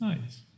Nice